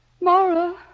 Mara